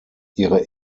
ihre